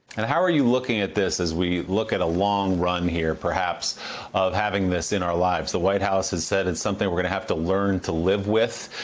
and how are you looking at this as we look at a long run here, perhaps of having this in our lives? the white house has said it's something we're going to have to learn to live with.